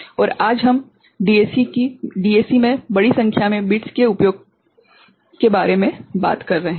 और आज हम डीएसी में बड़ी संख्या में बिट्स के उपयोग बारे में बात कर रहे हैं